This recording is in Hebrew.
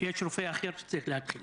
יש רופא אחר שצריך להתחיל...